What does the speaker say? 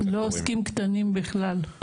הם לא עוסקים קטנים בכלל.